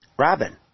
Robin